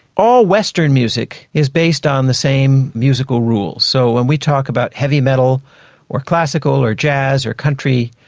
all western music is based on the same musical rules. so when we talk about heavy metal or classical or jazz or country,